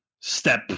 step